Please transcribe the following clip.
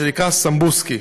שנקרא סמבוסקי,